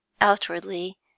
Outwardly